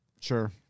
Sure